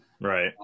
Right